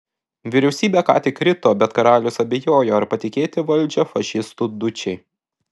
vyriausybė ką tik krito bet karalius abejojo ar patikėti valdžią fašistų dučei